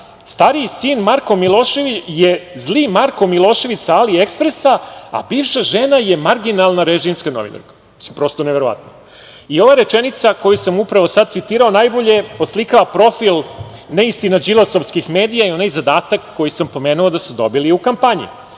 „Stariji sin je zli Marko Milošević sa Aliekspresa, a bivša žena je marginalna režimska novinarka.“ Mislim, prosto neverovatno. Ova rečenica koju sam upravo sad citirao najbolje oslikava profil neistina Đilasovskih medija i onaj zadatak koji sam pomenuo da su dobili u kampanji,